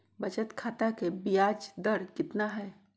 बचत खाता के बियाज दर कितना है?